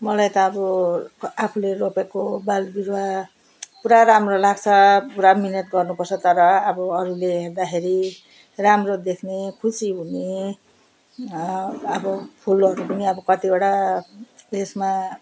मलाई त अब आफूले रोपेको बालबिरुवा पुरा राम्रो लाग्छ पुरा मिहिनेत गर्नुपर्छ तर अब अरूले हेर्दाखेरि राम्रो देख्ने खुसी हुने अब फुलहरू पनि अब कतिवटा त्यसमा